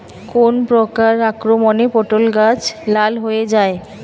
কোন প্রকার আক্রমণে পটল গাছ লাল হয়ে যায়?